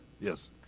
Yes